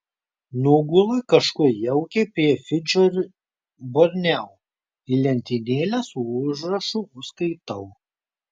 nugula kažkur jaukiai prie fidžio ir borneo į lentynėlę su užrašu užskaitau